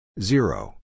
Zero